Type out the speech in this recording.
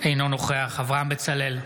אינו נוכח אברהם בצלאל,